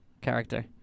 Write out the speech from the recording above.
character